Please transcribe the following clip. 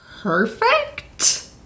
perfect